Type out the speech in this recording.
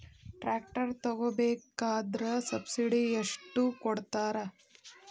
Tractor ತಗೋಬೇಕಾದ್ರೆ subsidy ಎಷ್ಟು ಕೊಡ್ತಾರ?